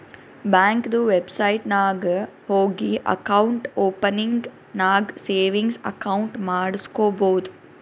ಬ್ಯಾಂಕ್ದು ವೆಬ್ಸೈಟ್ ನಾಗ್ ಹೋಗಿ ಅಕೌಂಟ್ ಓಪನಿಂಗ್ ನಾಗ್ ಸೇವಿಂಗ್ಸ್ ಅಕೌಂಟ್ ಮಾಡುಸ್ಕೊಬೋದು